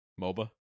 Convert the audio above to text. MOBA